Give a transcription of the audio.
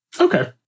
Okay